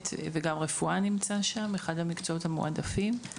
גם רפואה נמצא שם, והוא אחד המקצועות המועדפים.